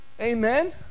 Amen